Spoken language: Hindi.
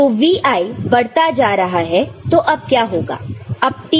तो Vi बढ़ता जा रहा है तो अब क्या होगा